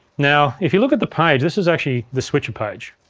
now, if you look at the page, this is actually the switcher page,